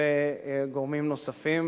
וגורמים נוספים,